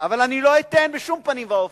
אני לא אתן, בשום פנים ואופן,